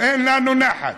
אין לנו נחת,